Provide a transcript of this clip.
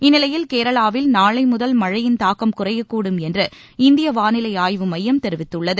இந்நிலையில் கேரளாவில் நாளை முதல் மழையின் தாக்கம் குறையக்கூடும் என்று இந்திய வானிலை ஆய்வுமையம் தெரிவித்துள்ளது